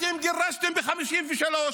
אתם גירשתם ב-1953,